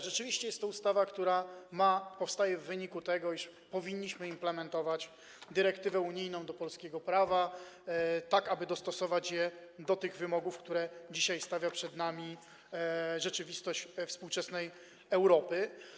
Rzeczywiście jest to ustawa, która powstaje w wyniku tego, iż powinniśmy implementować dyrektywę unijną do polskiego prawa, tak aby dostosować je do tych wymogów, które dzisiaj stawia przed nami rzeczywistość współczesnej Europy.